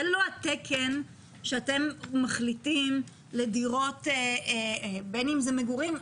זה לא התקן שאתם מחליטים לדירות בין אם זה מגורים.